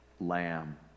lamb